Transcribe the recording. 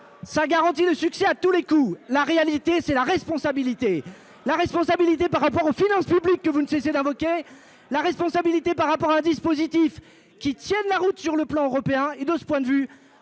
ça garantit le succès à tous les coups, la réalité c'est la responsabilité, la responsabilité par rapport aux finances publiques que vous ne cessez d'invoquer la responsabilité par rapport à un dispositif qui tienne la route sur le plan européen et de ce point de vue